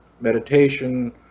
meditation